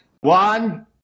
One